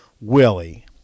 Willie